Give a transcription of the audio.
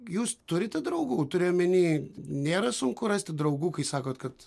jūs turite draugų turiu omeny nėra sunku rasti draugų kai sakot kad